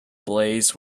blaze